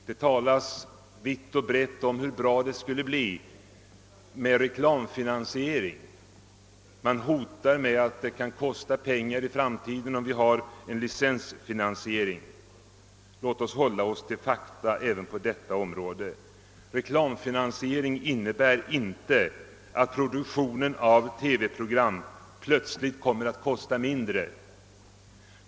Det talas vitt och brett om hur bra det skulle bli med reklamfinansiering, och man hotar med att det annars i framtiden måste bli alltför höga licensavgifter. Låt oss hålla oss till fakta även på detta område! Reklamfinansiering innebär inte att produktionen av TV-program plötsligt kommer att kosta mindre.